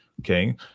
Okay